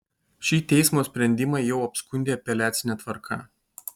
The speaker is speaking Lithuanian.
šį teismo sprendimą jau apskundė apeliacine tvarka